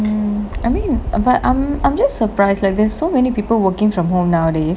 mm I mean I'm just surprised like there's so many people working from home nowadays